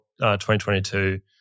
2022